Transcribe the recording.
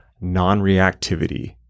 non-reactivity